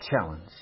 challenge